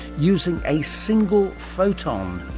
using a single photon.